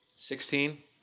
Sixteen